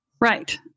Right